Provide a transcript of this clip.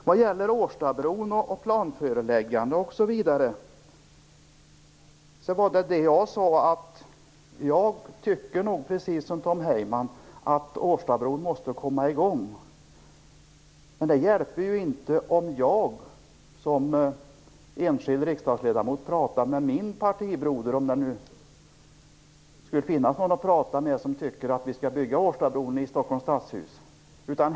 Vad gäller Årstabron, planföreläggande osv. sade jag att jag, precis som Tom Heyman, tycker att Årstabron måste komma i gång. Men det hjälper ju inte om jag som enskild riksdagsledamot pratar med min partibroder, om det nu skulle finnas någon att prata med i Stockholms stadshus som tycker att vi skall bygga Årstabron.